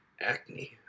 acne